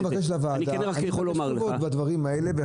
נבקש תשובות בדברים האלה לוועדה,